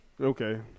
Okay